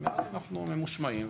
ומאז אנחנו ממושמעים.